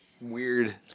weird